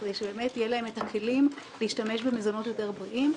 בכדי שבאמת יהיו להם כלים להשתמש במזונות יותר בריאים,